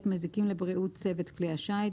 מזיקים לבריאות צוות כלי השיט.